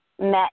met